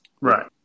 right